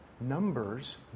Numbers